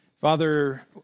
Father